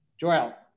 Joel